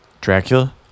Dracula